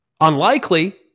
Unlikely